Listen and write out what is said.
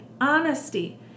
honesty